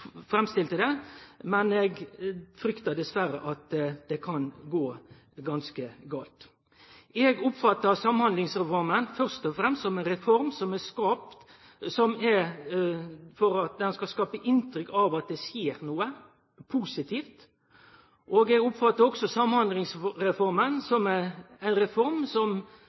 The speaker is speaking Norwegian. framstilte det, men eg fryktar dessverre at det kan gå ganske gale. Eg oppfattar Samhandlingsreforma framfor alt som ei reform som er til for å skape inntrykk av at det skjer noko positivt, og eg oppfattar òg Samhandlingsreforma som ei reform som